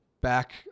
back